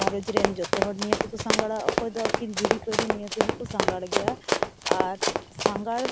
ᱜᱷᱟᱨᱚᱸᱡᱽ ᱨᱮᱱ ᱡᱚᱛᱚ ᱦᱚᱲ ᱱᱤᱭᱮ ᱛᱮᱠᱚ ᱥᱟᱸᱜᱷᱟᱨᱟ ᱚᱠᱚᱭ ᱫᱚ ᱟᱹᱠᱤᱱ ᱡᱩᱨᱤ ᱯᱟᱹᱨᱤ ᱱᱤᱭᱮ ᱛᱮᱦᱚᱸ ᱠᱚ ᱥᱟᱸᱜᱷᱟᱨ ᱜᱮᱭᱟ ᱟᱨ ᱥᱟᱸᱜᱷᱟᱨ